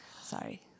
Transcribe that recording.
Sorry